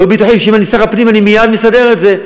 היו בטוחים שאם אני שר הפנים אני מייד מסדר את זה.